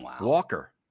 Walker